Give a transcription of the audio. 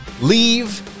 leave